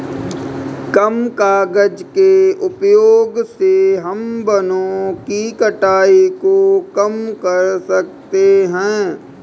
कम कागज़ के उपयोग से हम वनो की कटाई को कम कर सकते है